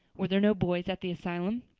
were there no boys at the asylum?